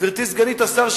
גברתי סגנית השר,